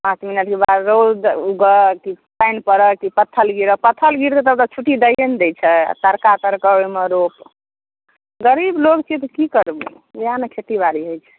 पाँच मिनटके बाद रौद उगत पानि पड़ैत की पथल गिरै पत्त्थल गिरै तब तऽ छुट्टी दैए ने दय छै आ तरका तरकल तऽओहिमे रोप गरीब लोक छियै तऽ की करबै इएह ने खेती बारी होइत छै